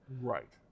Right